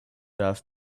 off